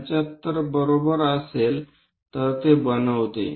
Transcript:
75 बरोबर असेल तर ते बनवते